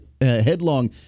headlong